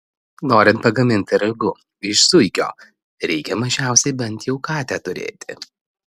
norint pagaminti ragu iš zuikio reikia mažiausiai bent jau katę turėti